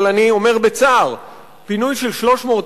אבל אני אומר בצער: פינוי של 300,000,